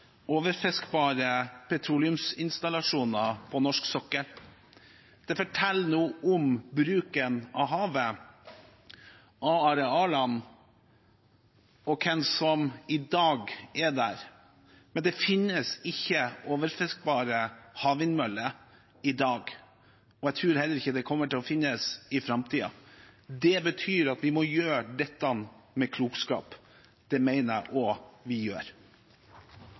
overfiskbare petroleumsinstallasjoner på norsk sokkel. Det forteller noe om bruken av havet og arealene og hvem som i dag er der. Det finnes ikke overfiskbare havvindmøller i dag, og jeg tror heller ikke det kommer til å finnes i framtiden. Det betyr at vi må gjøre dette med klokskap, og det mener jeg også vi gjør.